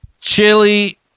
Chili